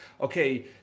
okay